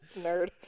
nerd